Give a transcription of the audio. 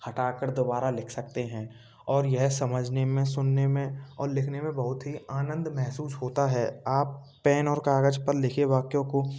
हटाकर दोबारा लिख सकते हैं और यह समझने में सुनने में और लिखने में बहुत ही आनंद महसूस होता है आप पेन और कागज़ पर लिखे वाक्यों को